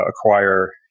acquire